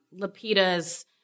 Lapita's